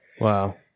wow